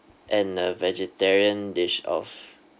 and a vegetarian dish of